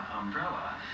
Umbrella